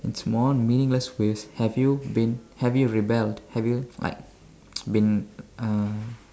small meaningless ways have you been have you rebelled have you like been uh